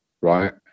Right